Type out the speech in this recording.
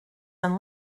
and